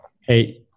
hey